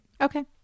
Okay